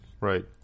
Right